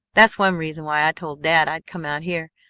that's one reason why i told dad i'd come out here.